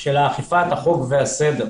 של אכיפת החוק והסדר.